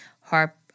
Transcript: harp